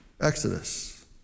Exodus